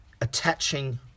attaching